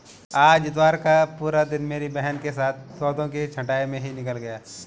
आज इतवार का पूरा दिन मेरी बहन के साथ पौधों की छंटाई में ही निकल गया